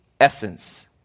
Essence